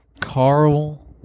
Carl